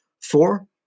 four